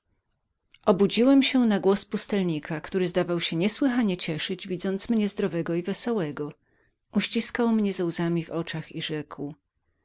obudziłem się na głos pustelnika który zdawał się niesłychanie cieszyć widząc mnie zdrowego i wesołego uściskał mnie ze łzami w oczach i rzekł